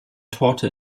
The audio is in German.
torte